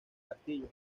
castillo